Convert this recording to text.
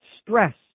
Stress